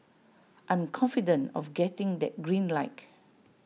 I am confident of getting that green like